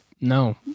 no